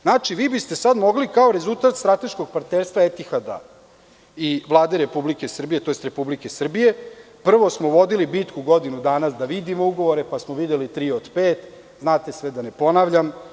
Znači, vi biste sad mogli kao rezultat strateškog partnerstva „Etihada“ i Vlade Republike Srbije, tj. Republike Srbije, prvo smo vodili bitku godinu dana da vidimo ugovore, pa smo videli tri od pet, znate sve, da ne ponavljam.